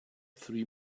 three